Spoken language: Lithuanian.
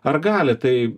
ar gali tai